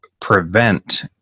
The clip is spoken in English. prevent